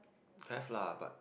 have lah but